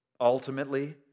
Ultimately